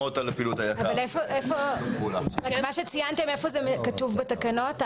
מה שציינתם איפה זה כתוב בתקנות?